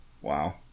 Wow